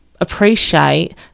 appreciate